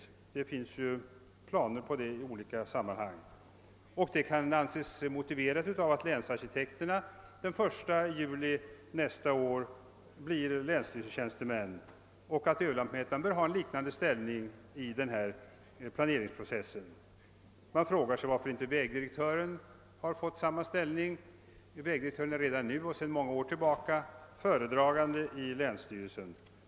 Planer föreligger ju på att i olika avseenden överföra uppgifter på detta område till länsstyrelserna, och arrangemanget kan anses motiverat av att länsarkitekterna den 1 juli nästa år blir länsstyrelsetjänstemän och att överlantmätaren bör ha en liknande ställning i denna planeringsprocess. Man frågar sig varför inte vägdirektören har fått samma ställning — vägdirektören är sedan många år tillbaka föredragande i länsstyrelsen.